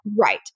Right